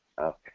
Okay